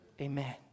Amen